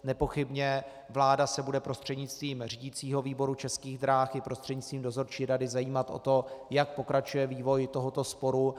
Nepochybně vláda se bude prostřednictvím řídicího výboru Českých drah i prostřednictvím dozorčí rady zajímat o to, jak pokračuje vývoj tohoto sporu.